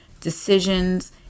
decisions